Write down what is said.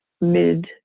mid